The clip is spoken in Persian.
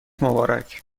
مبارک